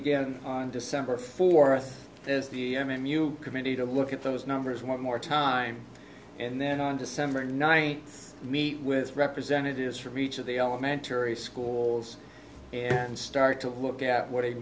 again on december fourth is the new committee to look at those numbers one more time and then on december ninth meet with representatives from each of the elementary schools and start to look at what